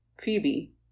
Phoebe